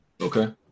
Okay